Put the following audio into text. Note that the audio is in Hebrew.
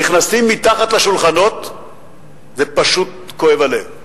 נכנסים מתחת לשולחנות זה פשוט כואב הלב.